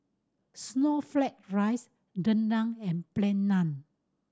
snowflake ice rendang and Plain Naan